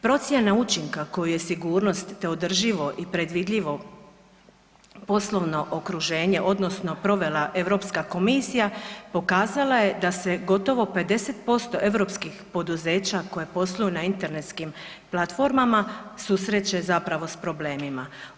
Procjena učinka koju je sigurnost, te održivo i predvidljivo poslovno okruženje odnosno provela Europska komisija pokazala je da se gotovo 50% europskih poduzeća koje posluju na internetskim platformama susreće zapravo s problemima.